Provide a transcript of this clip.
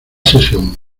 sesión